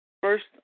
first